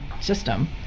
system